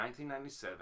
1997